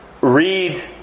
read